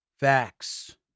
Facts